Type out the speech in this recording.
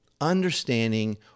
understanding